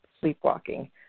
sleepwalking